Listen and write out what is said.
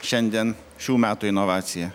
šiandien šių metų inovacija